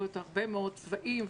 יש פה הרבה מאוד צבעים,